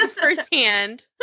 firsthand